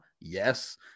Yes